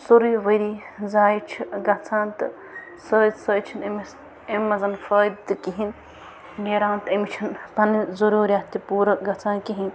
سورٕے ؤری زایہِ چھُ گَژھان تہٕ سۭتۍ سۭتۍ چھُنہٕ أمِس امہِ منٛز فٲیدٕ تہِ کِہیٖنۍ نیران أمِس چھُنہِ پنٕنۍ ضُرورِیات تہِ پورٕ گَژھان کِہینۍ